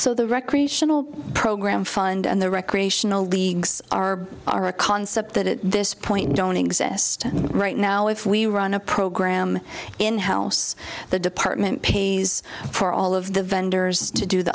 so the recreational program fund and the recreational leagues are are a concept that this point don't exist right now if we run a program in house the department pays for all of the vendors to do the